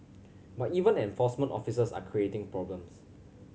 but even enforcement officers are creating problems